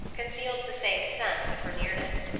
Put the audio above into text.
concealed the same sense of her nearness,